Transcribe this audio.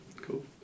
Cool